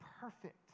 perfect